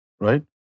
Right